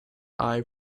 eye